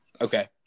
Okay